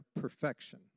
perfection